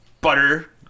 butter